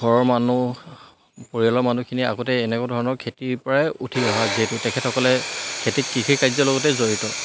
ঘৰৰ মানুহ পৰিয়ালৰ মানুহখিনি আগতে এনেকুৱা ধৰণৰ খেতিৰ পৰাই উঠি অহা যিহেতু তেখেতসকলে খেতিত কৃষি কাৰ্যৰ লগতে জড়িত